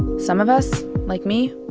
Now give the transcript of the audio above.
some of us, like me,